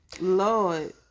Lord